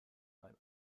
beim